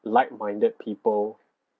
like minded people